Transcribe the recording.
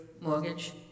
mortgage